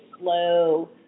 slow